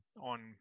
on